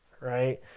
right